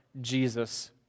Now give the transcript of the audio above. Jesus